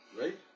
Right